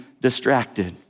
distracted